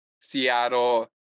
Seattle